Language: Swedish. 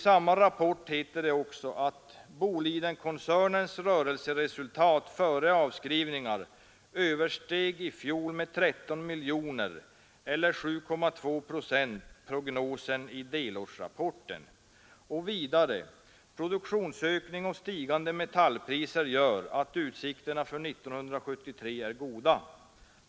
I rapporten heter det bl.a.: ”Bolidenkoncernens rörelseresultat före avskrivningar översteg i år med 13 miljoner eller 7,2 procent prognosen i delårsrapporten.” Och vidare: ”Produktionsökning och stigande metall priser gör att utsikterna för 1973 är goda.